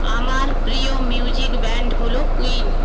আমার প্রিয় music band হল কুইন